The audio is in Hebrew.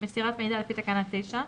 מסירת מידע לפי תקנה 9,